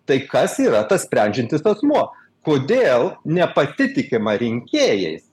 tai kas yra tas sprendžiantis asmuo kodėl nepasitikima rinkėjais